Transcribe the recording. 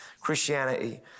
Christianity